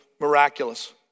miraculous